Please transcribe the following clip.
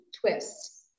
twists